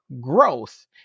growth